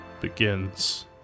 begins